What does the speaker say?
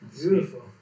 Beautiful